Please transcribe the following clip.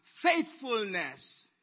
Faithfulness